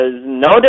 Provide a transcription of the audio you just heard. no